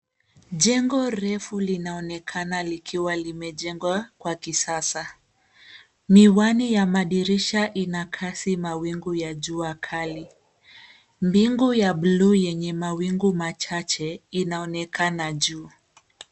Jengo refu linaonekana likiwa limejengwa kwa kisasa. Miwani ya madirsiha inakasi mawingu ya jua kali. Miengo ya buluu yenye mawingu machache inaonekana juu.